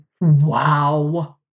wow